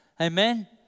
Amen